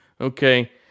Okay